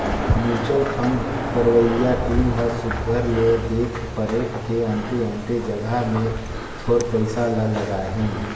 mutual fund करवइया team ह सुग्घर ले देख परेख के अन्ते अन्ते जगहा में तोर पइसा ल लगाहीं